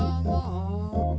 oh